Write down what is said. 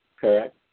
correct